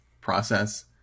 process